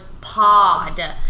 pod